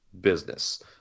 business